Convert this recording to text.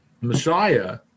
Messiah